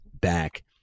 back